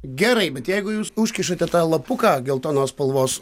gerai bet jeigu jūs užkišate tą lapuką geltonos spalvos